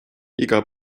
iga